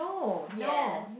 yes